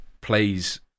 plays